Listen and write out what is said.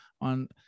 on